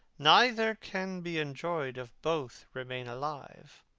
neither can be enjoy'd, if both remain alive